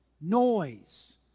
Noise